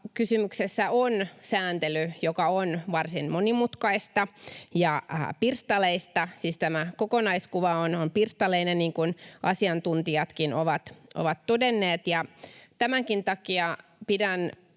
Kysymyksessä on sääntely, joka on varsin monimutkaista ja pirstaleista, siis tämä kokonaiskuva on pirstaleinen, niin kuin asiantuntijatkin ovat todenneet. Tämänkin takia pidän